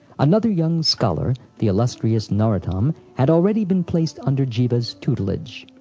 another young scholar, the illustrious narottam, had already been placed under jiva's tutelage.